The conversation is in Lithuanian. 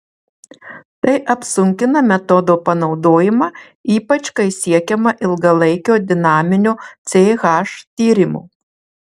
tai apsunkina metodo panaudojimą ypač kai siekiama ilgalaikio dinaminio ch tyrimo